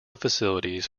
facilities